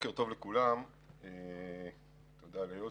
בוקר טוב לכולם, תודה ליוסי.